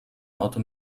auto